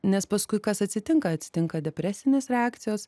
nes paskui kas atsitinka atsitinka depresinės reakcijos